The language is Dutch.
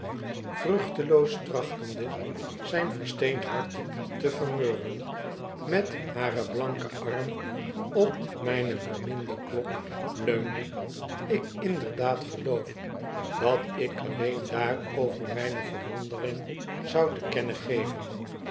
jonkvrouw vruchteloos trachtende zyn versteend hart te vermurwen met haren blanken arm op myne beminde klok leunde ik inderdaad geloof dat ik alleen daarover myne verwondenng zou te kennen geven